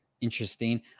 interesting